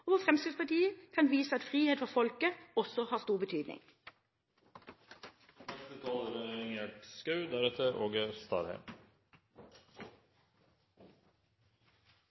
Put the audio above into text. se hva Fremskrittspartiet mener med trygghet, og så Fremskrittspartiet kan vise at frihet for folket også har stor betydning.